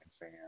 fan